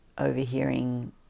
overhearing